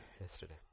yesterday